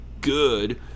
good